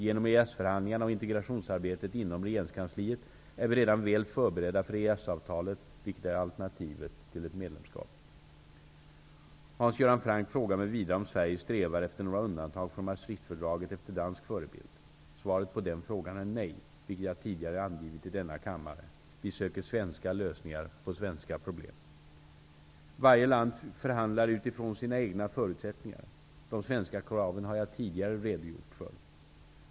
Genom EES-förhandlingarna och integrationsarbetet inom regeringskansliet är vi redan väl förberedda för EES-avtalet, vilket är alternativet till ett medlemskap. Hans Göran Franck frågar mig vidare om Sverige strävar efter några undantag från Maastrichtfördraget efter dansk förebild. Svaret på den frågan är nej, vilket jag tidigare angivit i denna kammare. Vi söker svenska lösningar på svenska problem. Varje land förhandlar utifrån sina egna förutsättningar. De svenska kraven har jag tidigare redogjort för.